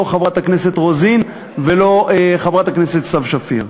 לא חברת הכנסת רוזין ולא חברת הכנסת סתיו שפיר.